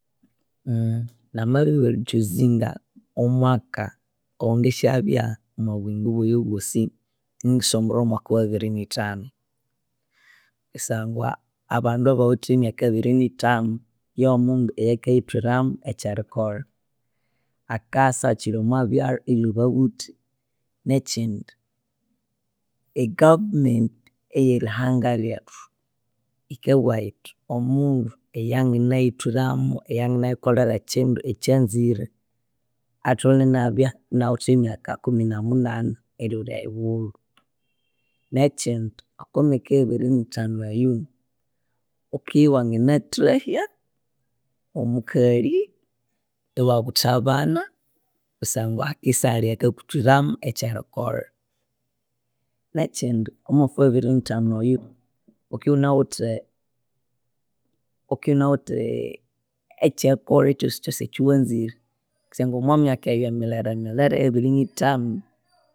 namabya oweri choosinga omwaka owengisyabya omubuyingo wayibosi, ingisombolha omwaka wabiri nithanu, kusangwa abandu abawithe emyaka abiri nithanu omundu eyakayithwiramu ekyerikolha akasyakyiri omwebyalha ebya babuthi, nekyindi e government eyerihanga rethu yikabuwayithi omundu eyanganayithwiramu eyanganayikolhera kyindu ekyazire atholhere enabya inawithe emyaka ikumi na munane erilholya eyuwulhu, nekyindi okwemyaka abiri nithanu eyo wikibya wanganathahya omukalhi, iwabutha abana kusangwa hakisabya isihalhi eyakakuthwiramu ekyarikolha, nekyindi omwaka wabiri nithanu wukibya iwunawithe ekyerikolha kyosikyosi kyowazire kusangwa omwemyaka eyo emileremilere eyabirinithanu